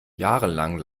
jahrelang